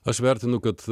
aš vertinu kad